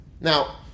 Now